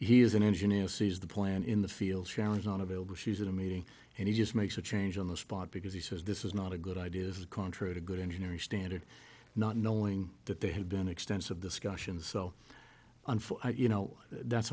he is an engineer who sees the plan in the field challenge not available she's in a meeting and he just makes a change on the spot because he says this is not a good idea is contrary to good engineering standard not knowing that they have been extensive discussions so on for you know that's